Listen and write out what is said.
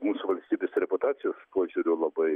mūsų valstybės reputacijos požiūriu labai